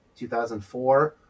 2004